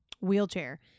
wheelchair